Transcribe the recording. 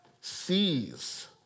sees